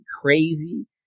crazy